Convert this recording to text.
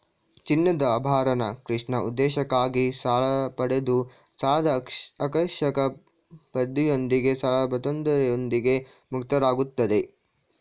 ಚಿನ್ನದಆಭರಣ ಕೃಷಿ ಉದ್ದೇಶಕ್ಕಾಗಿ ಸಾಲಪಡೆದು ಸಾಲದಆಕರ್ಷಕ ಬಡ್ಡಿಯೊಂದಿಗೆ ಸುಲಭತೊಂದರೆಯೊಂದಿಗೆ ಮುಕ್ತರಾಗುತ್ತಾರೆ